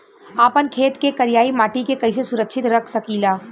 आपन खेत के करियाई माटी के कइसे सुरक्षित रख सकी ला?